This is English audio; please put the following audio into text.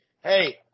hey